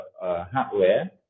hardware